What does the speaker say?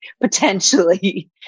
potentially